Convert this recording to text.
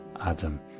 adam